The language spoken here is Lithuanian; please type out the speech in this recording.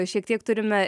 šiek tiek turime